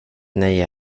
nöje